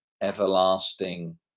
everlasting